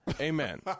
amen